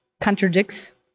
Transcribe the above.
contradicts